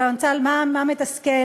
אבל מה מתסכל?